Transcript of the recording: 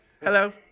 Hello